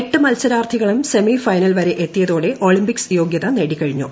എട്ട് മത്സരാർത്ഥികളും semi final വരെ എത്തിയതോടെ ഒളിമ്പിക്സ് യോഗ്യത നേടിക്കഴിഞ്ഞു